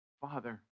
Father